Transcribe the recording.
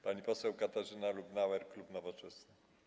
Pani poseł Katarzyna Lubnauer, klub Nowoczesna.